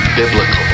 biblical